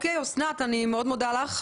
אני מאוד מודה לך.